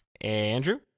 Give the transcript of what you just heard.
Andrew